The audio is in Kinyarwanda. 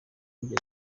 y’ibyo